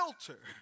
filter